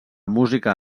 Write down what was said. música